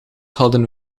hadden